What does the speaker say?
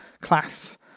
class